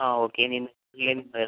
ആ ഓക്കെ ഇന്ന് ഈവനിംഗ് ആയിരുന്നു